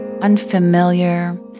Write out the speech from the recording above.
unfamiliar